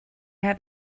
have